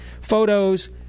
photos